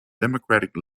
democratic